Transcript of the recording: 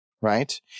right